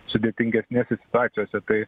sudėtingesnėse situacijose tai